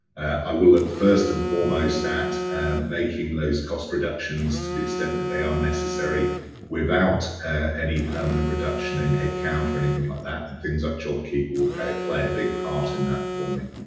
i will at first and foremost that and making those cost reductions to the extent that they are necessary without any permanent reduction in head count or anything like that, and things that jobkeeper will play play a big part in that for me.